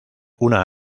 una